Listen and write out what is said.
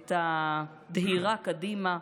את הדהירה קדימה,